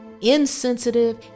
insensitive